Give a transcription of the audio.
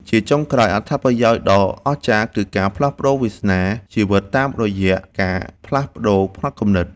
ជាចុងក្រោយ អត្ថប្រយោជន៍ដ៏អស្ចារ្យគឺការផ្លាស់ប្តូរវាសនាជីវិតតាមរយៈការផ្លាស់ប្តូរផ្នត់គំនិត។